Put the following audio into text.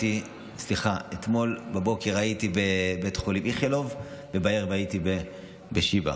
אתמול בבוקר הייתי בבית החולים איכילוב ובערב הייתי בשיבא.